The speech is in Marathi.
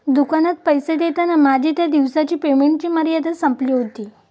दुकानात पैसे देताना माझी त्या दिवसाची पेमेंटची मर्यादा संपली होती